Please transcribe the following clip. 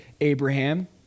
Abraham